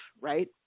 right